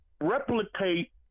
replicate